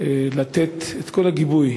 לתת את כל הגיבוי